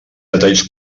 detalls